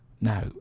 Now